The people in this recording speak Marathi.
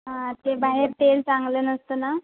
हां ते बाहेर तेल चांगलं नसतं ना